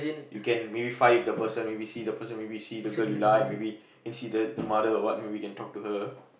you can maybe fight with the person maybe see the person maybe see the girl you like maybe can see the the mother or what maybe you can talk to her